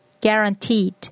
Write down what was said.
guaranteed